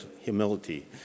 humility